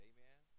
Amen